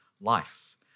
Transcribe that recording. life